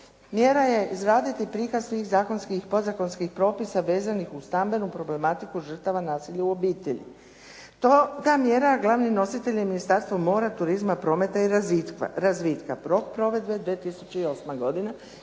Mjera je izraditi prikaz svih zakonskih i podzakonskih propisa vezanih uz stambenu problematiku žrtava nasilja u obitelji. Ta mjera, glavni nositelj je Ministarstvo mora, turizma, prometa i razvitka. Rok provedbe je 2008. godina